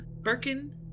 Birkin